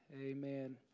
Amen